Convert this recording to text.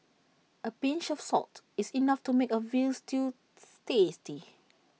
A pinch of salt is enough to make A Veal Stew tasty